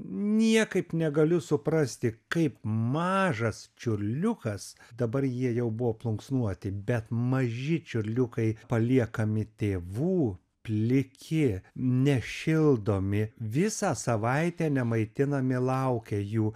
niekaip negaliu suprasti kaip mažas čiurliukas dabar jie jau buvo plunksnuoti bet maži čiurliukai paliekami tėvų pliki nešildomi visą savaitę nemaitinami laukia jų